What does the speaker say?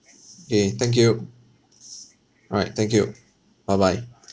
K thank you all right thank you bye bye